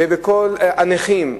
בכל הנכים,